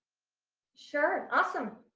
sure, awesome.